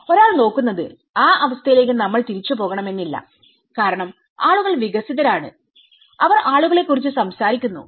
ഒരാൾ നോക്കുന്നത്ആ അവസ്ഥയിലേക്ക് നമ്മൾ തിരിച്ചുപോകണമെന്നില്ല കാരണം ആളുകൾ വികസിതരാണ്അവർ ആളുകളെക്കുറിച്ച് സംസാരിക്കുന്നു